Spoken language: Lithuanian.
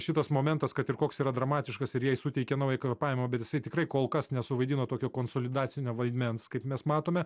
šitas momentas kad ir koks yra dramatiškas ir jai suteikia naują kvėpavimą bet jisai tikrai kol kas nesuvaidino tokio konsolidacinio vaidmens kaip mes matome